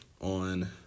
on